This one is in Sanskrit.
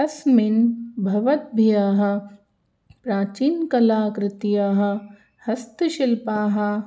अस्मिन् भवद्भ्यः प्राचीनकलाकृतयः हस्तशिल्पाः